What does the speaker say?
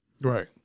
Right